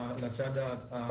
לצד הסטטוטורי.